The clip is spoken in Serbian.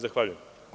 Zahvaljujem.